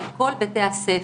על כל בתי הספר.